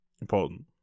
important